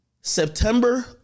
September